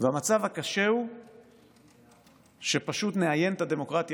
והמצב הקשה הוא שפשוט נאיין את הדמוקרטיה